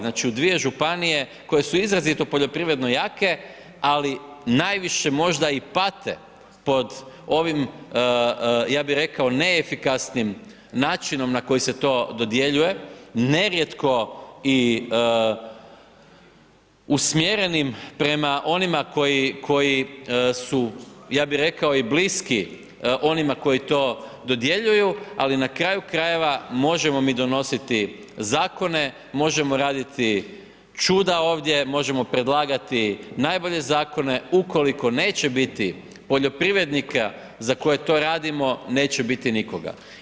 Znači, u dvije županije koje su izrazito poljoprivredno jake, ali najviše možda i pate pod ovim, ja bi rekao, neefikasnim načinom na koji se to dodjeljuje, nerijetko i usmjerenim prema onima koji su, ja bi rekao, i bliski onima koji to dodjeljuju, ali na kraju krajeva možemo mi donositi zakone, možemo raditi čuda ovdje, možemo predlagati najbolje zakone, ukoliko neće biti poljoprivrednika za koje to radimo, neće biti nikoga.